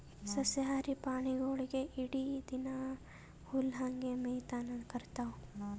ಸಸ್ಯಾಹಾರಿ ಪ್ರಾಣಿಗೊಳ್ ಇಡೀ ದಿನಾ ಹುಲ್ಲ್ ಹಂಗೆ ಮೇಯ್ತಾನೆ ಇರ್ತವ್